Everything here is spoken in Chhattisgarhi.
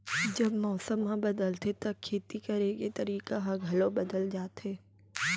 जब मौसम ह बदलथे त खेती करे के तरीका ह घलो बदल जथे?